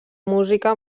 música